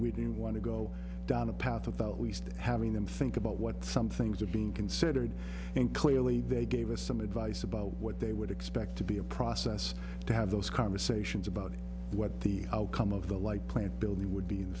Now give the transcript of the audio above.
we didn't want to go down a path of least having them think about what some things are being considered and clearly they gave us some advice about what they would expect to be a process to have those conversations about what the outcome of the light plant building would be